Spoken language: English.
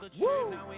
Woo